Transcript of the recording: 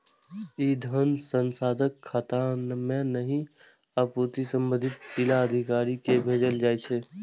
ई धन सांसदक खाता मे नहि, अपितु संबंधित जिलाधिकारी कें भेजल जाइ छै